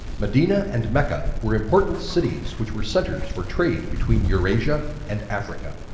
medina and mecca were important cities which were centres for trade between eurasia and africa.